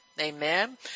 amen